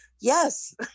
yes